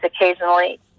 occasionally